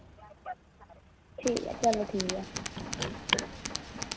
ठीक ऐ चलो ठीक ऐ